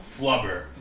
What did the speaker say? Flubber